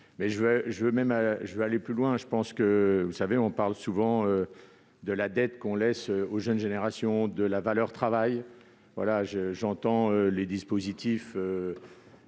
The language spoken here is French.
Je vais aller plus loin. On parle souvent de la dette qu'on laisse aux jeunes générations, de la valeur travail. J'entends que vous